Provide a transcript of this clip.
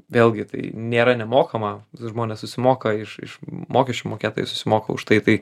vėlgi tai nėra nemokama žmonės susimoka iš iš mokesčių mokėtojai susimoka už tai tai